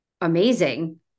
amazing